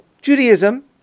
Judaism